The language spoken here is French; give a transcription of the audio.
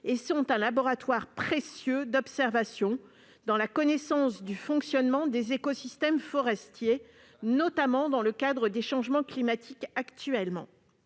et constitue un laboratoire précieux d'observation pour la connaissance du fonctionnement des écosystèmes forestiers, notamment dans le cadre du changement climatique. Pour ces